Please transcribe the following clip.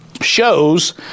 shows